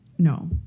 No